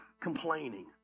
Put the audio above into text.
complaining